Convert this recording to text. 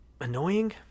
annoying